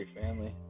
family